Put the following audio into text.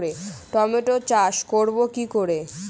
Tomato চাষ করব কি করে?